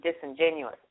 disingenuous